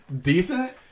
decent